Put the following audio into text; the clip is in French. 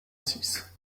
six